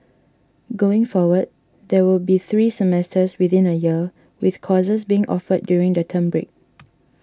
going forward there will be three semesters within a year with courses being offered during the term break